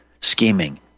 scheming